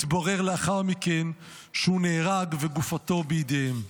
התברר לאחר מכן שהוא נהרג וגופתו בידיהם.